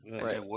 Right